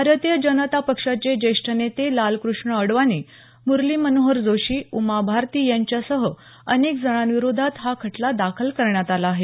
भारतीय जनता पक्षाचे ज्येष्ठ नेते लालक्रष्ण अडवाणी मुरली मनोहर जोशी उमा भारती यांच्यासह अनेक जणांविरोधात हा खटला दाखल करण्यात आला आहे